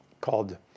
called